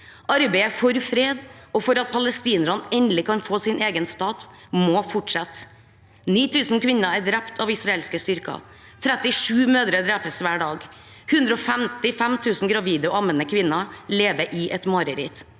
Arbeidet for fred og for at palestinerne endelig kan få sin egen stat, må fortsette. 9 000 kvinner er drept av israelske styrker. 37 mødre drepes hver dag. 155 000 gravide og ammende kvinner lever i et mareritt.